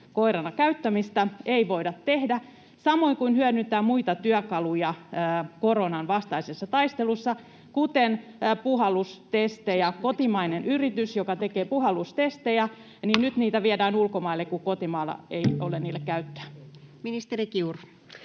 virkakoirana käyttämistä ei voida tehdä samoin kuin hyödyntää muita työkaluja koronan vastaisessa taistelussa, kuten puhallustestejä? Kotimainen yritys, joka tekee puhallustestejä, nyt vie niitä ulkomaille, kun kotimaassa ei ole niille käyttöä. [Speech 59]